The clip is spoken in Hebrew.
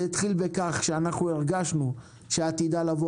זה התחיל בכך שאנחנו הרגשנו שעתידה לבוא